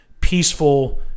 peaceful